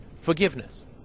forgiveness